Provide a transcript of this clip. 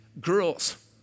girls